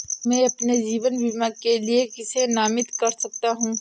मैं अपने जीवन बीमा के लिए किसे नामित कर सकता हूं?